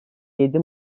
yedi